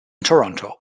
toronto